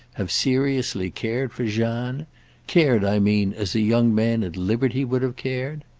have seriously cared for jeanne cared, i mean, as a young man at liberty would have cared?